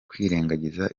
kwirengagiza